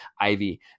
Ivy